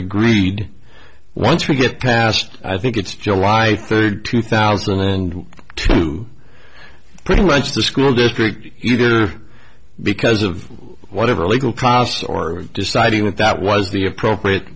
agreed once you get past i think it's july third two thousand and two pretty much the school district either because of whatever legal process or deciding that that was the appropriate